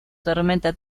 tormenta